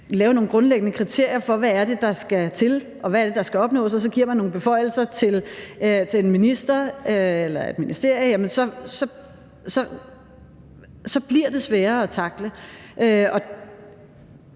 laver nogle grundlæggende kriterier for, hvad der skal til, og hvad det er, der skal opnås, giver man nogle beføjelser til en minister eller et ministerium, og så bliver det sværere at tackle.